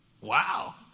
Wow